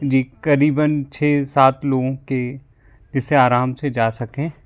जी करीबन छः सात लोगों की जिससे आराम से जा सकें